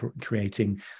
creating